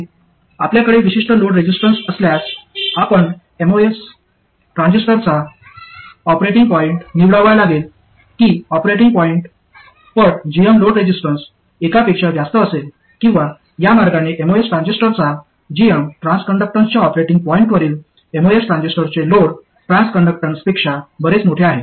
आपल्याकडे विशिष्ट load resistance असल्यास आपणास एमओएस ट्रान्झिस्टरचा ऑपरेटिंग पॉईंट निवडावा लागेल की ऑपरेटिंग पॉईंट पट gm लोड रेझिस्टन्स एकापेक्षा जास्त असेल किंवा या मार्गाने एमओएस ट्रान्झिस्टरचा gm ट्रान्सकंडक्टन्स ऑपरेटिंग पॉईंटवरील एमओएस ट्रान्झिस्टरचे लोड कंडक्टन्सपेक्षा बरेच मोठे आहे